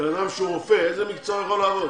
בן אדם שהוא רופא, באיזה מקצוע יכול לעבוד?